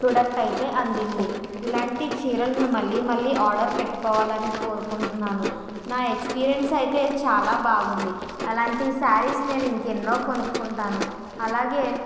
product అయితే అందింది ఇలాంటి చీరలను మళ్ళీ మళ్ళీ ఆర్డర్ పెట్టుకోవాలని కోరుకుంటున్నాను నా ఎక్స్పీరియన్స్ అయితే చాలా బాగుంది అలాంటి సారీస్ నేను ఇంకెన్నో కొనుక్కుంటాను అలాగే